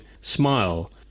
smile